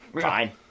Fine